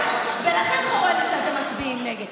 ולכן חורה לי שאתם מצביעים נגד.